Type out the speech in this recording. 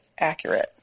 accurate